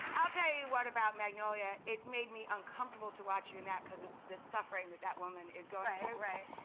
i'll tell you what about magnolia, it made me uncomfortable to watch you in that because of the suffering that that woman is going through.